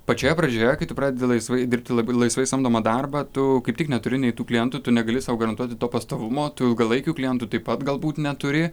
pačioje pradžioje kai tu pradedi laisvai dirbti lab laisvai samdomą darbą tu kaip tik neturi nei tų klientų tu negali sau garantuoti to pastovumo tų ilgalaikių klientų taip pat galbūt neturi